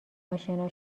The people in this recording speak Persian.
آشنا